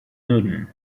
newton